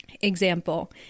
example